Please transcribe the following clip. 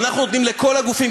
ואנחנו נותנים לכל הגופים,